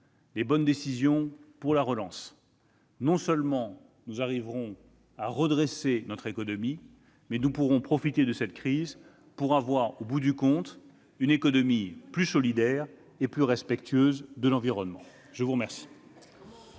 les bonnes décisions pour la relance, non seulement nous arriverons à redresser notre économie, mais nous pourrons profiter de cette crise pour avoir, au bout du compte, une économie plus solidaire et plus respectueuse de l'environnement. Comment